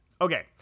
Okay